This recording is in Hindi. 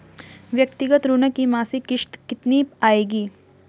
व्यक्तिगत ऋण की मासिक किश्त कितनी आएगी?